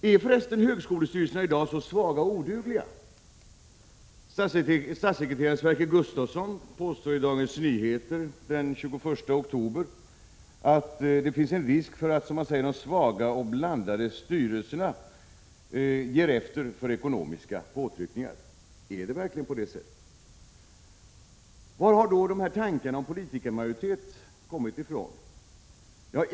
Är för resten högskolestyrelserna i dag så svaga och odugliga? Statssekreterare Sverker Gustavsson påstod i Dagens Nyheter den 21 oktober att det finns en risk för att, som han säger, de svaga och blandade styrelserna ger efter för ekonomiska påtryckningar. Är det verkligen på det sättet? Var har då de här tankarna om politikermajoritet kommit ifrån?